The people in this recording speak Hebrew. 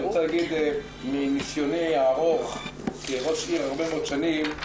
אני רוצה להגיד מניסיוני הארוך כראש עיר הרבה מאוד שנים,